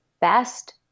best